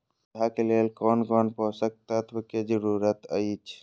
पौधा के लेल कोन कोन पोषक तत्व के जरूरत अइछ?